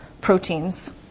proteins